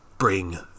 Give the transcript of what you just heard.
Bring